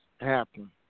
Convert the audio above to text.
happen